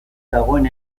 dagoen